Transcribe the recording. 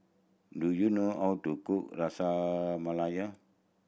do you know how to cook